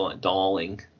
darling